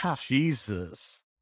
Jesus